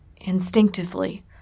instinctively